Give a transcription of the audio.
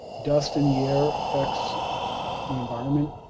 dust in the air affects the environment.